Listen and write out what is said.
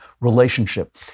relationship